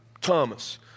Thomas